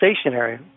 stationary